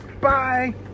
bye